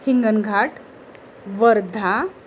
Hingna Ghat Wardha